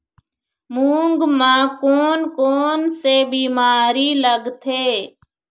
मूंग म कोन कोन से बीमारी लगथे?